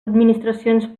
administracions